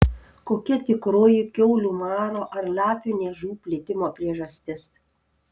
kokia tikroji kiaulių maro ar lapių niežų plitimo priežastis